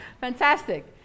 fantastic